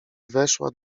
weszła